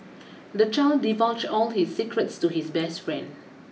the child divulged all his secrets to his best friend